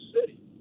city